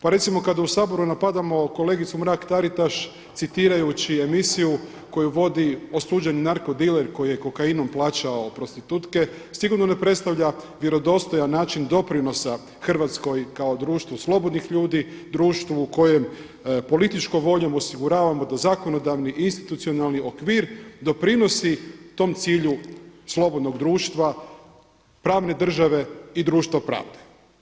Pa recimo kada u Saboru napadamo kolegicu Mrak Taritaš citirajući emisiju koju vodi osuđeni narkodiler koji je kokainom plaćao prostitutke, sigurno ne predstavlja vjerodostojan način doprinosa Hrvatskoj kao društvo slobodnih ljudi, društvu u kojem političkom voljom osiguravamo da zakonodavni i institucionalni okvir doprinosi tom cilju slobodnog društva, pravne države i društva pravde.